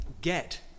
get